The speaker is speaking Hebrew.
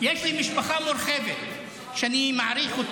יש לי משפחה מורחבת שאני מעריך,